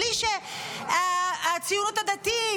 בלי שהציונות הדתית,